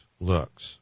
looks